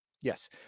Yes